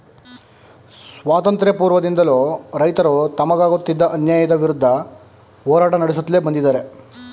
ಸ್ವಾತಂತ್ರ್ಯ ಪೂರ್ವದಿಂದಲೂ ರೈತರು ತಮಗಾಗುತ್ತಿದ್ದ ಅನ್ಯಾಯದ ವಿರುದ್ಧ ಹೋರಾಟ ನಡೆಸುತ್ಲೇ ಬಂದಿದ್ದಾರೆ